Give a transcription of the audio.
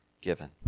given